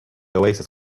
oasis